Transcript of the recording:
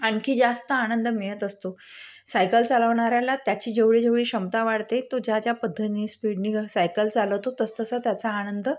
आणखी जास्त आनंद मिळत असतो सायकल चालवणाऱ्याला त्याची जेवढी जेवढी क्षमता वाढते तो ज्या ज्या पद्धतीने स्पीडने व सायकल चालवतो तसतसा त्याचा आनंद